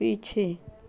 पीछे